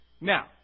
Now